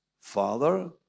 Father